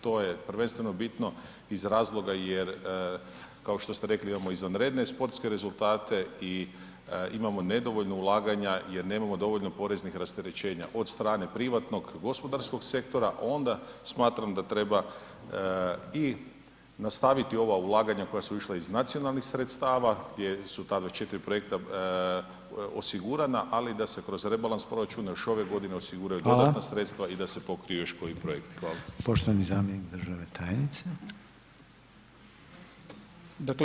To je prvenstveno bitno iz razloga jer kao što ste rekli imamo izvanredne sportske rezultate i imamo nedovoljno ulaganja jer nemamo dovoljno poreznih rasterećenja od strane privatnog, gospodarskog sektora onda smatram da treba i nastaviti ova ulaganja koja su išla iz nacionalnih sredstava gdje su ta 24 projekta osigurana, ali da se kroz rebalans proračuna još ove godine osiguraju dodatna [[Upadica: Hvala.]] sredstava i da se pokrije još koji projekt.